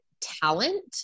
talent